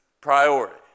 priority